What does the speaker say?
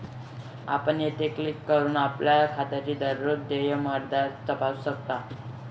आपण येथे क्लिक करून आपल्या खात्याची दररोज देय मर्यादा तपासू शकता